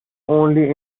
only